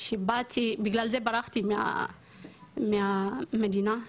בגלל זה ברחתי מהמדינה,